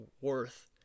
worth